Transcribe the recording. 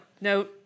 no